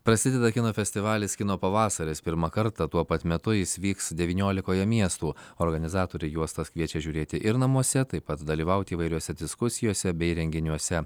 prasideda kino festivalis kino pavasaris pirmą kartą tuo pat metu jis vyks devyniolikoje miestų organizatoriai juostas kviečia žiūrėti ir namuose taip pat dalyvauti įvairiose diskusijose bei renginiuose